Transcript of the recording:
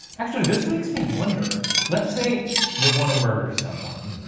actually, this makes me wonder. let's say you wanna murder someone.